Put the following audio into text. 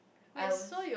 I was